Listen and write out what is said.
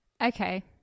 Okay